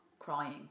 crying